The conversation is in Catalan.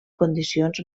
condicions